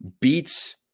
beats